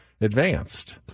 advanced